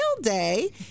day